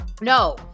No